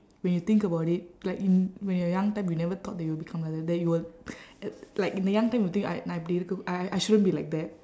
when you think about it like in when you are young time you never thought that you will become like that that you will like in the young time you think I நான் நான் இப்படி இருக்க:naan naan ippadi irukka I I shouldn't be like that